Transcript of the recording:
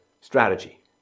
strategy